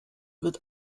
wird